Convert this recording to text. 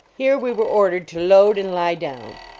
here we were ordered to load and lie down.